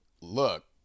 Look